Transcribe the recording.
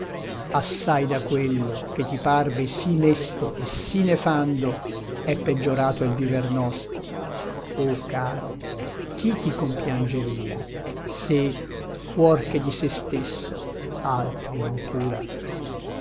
assai da quello che ti parve sì mesto e sì nefando è peggiorato il viver nostro o caro chi ti compiangeria se fuor che di se stesso altri non cura